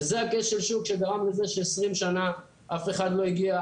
וזה כשל השוק שגרם לזה ש-20 שנה אף אחד לא הגיע